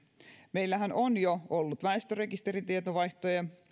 meillähän on jo ollut väestörekisteritietovaihtoja